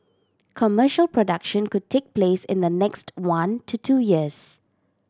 commercial production could take place in the next one to two years